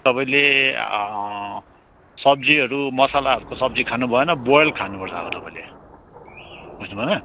तपाईँले सब्जीहरू मसालाहरूको सब्जी खानु भएन बोयल खानुपर्छ अब तपाईँले बुझ्नुभएन